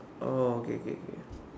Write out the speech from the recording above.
oh okay okay okay